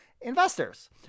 Investors